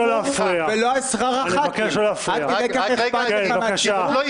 ולא על שכר הח"כים עד כדי כך אכפת לך מהציבור?